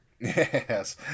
yes